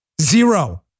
Zero